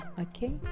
okay